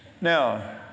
Now